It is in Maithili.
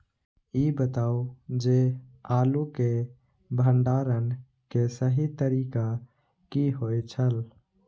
ई बताऊ जे आलू के भंडारण के सही तरीका की होय छल?